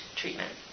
treatment